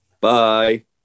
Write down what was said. Bye